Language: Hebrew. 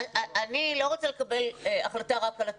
אני לא רוצה לקבל החלטה רק על הטיול,